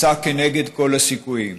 מסע כנגד כל הסיכויים.